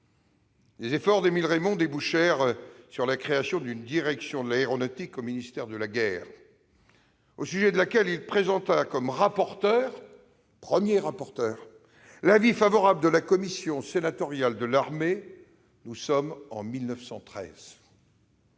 Les efforts d'Émile Reymond débouchèrent sur la création d'une direction de l'aéronautique au ministère de la guerre, au sujet de laquelle il présenta, comme rapporteur, l'avis favorable de la commission sénatoriale de l'armée en 1913.